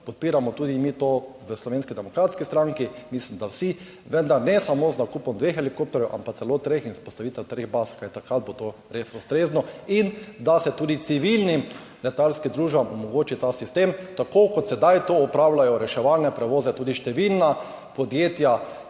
pomoč, tudi mi v Slovenski demokratski stranki to podpiramo, mislim, da vsi, vendar ne samo z nakupom dveh helikopterjev, ampak celo treh, tudi z vzpostavitvijo treh baz, kajti takrat bo to res ustrezno, in da se tudi civilnim letalskim družbam omogoči ta sistem, tako kot sedaj opravljajo reševalne prevoze tudi številna podjetja